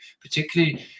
particularly